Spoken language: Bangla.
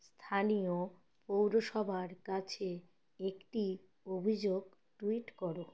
স্থানীয় পৌরসভার কাছে একটি অভিযোগ ট্যুইট করো